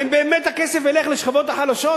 האם באמת הכסף ילך לשכבות החלשות?